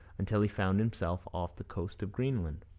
until he found himself off the coast of greenland.